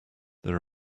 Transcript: there